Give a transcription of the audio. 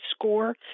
score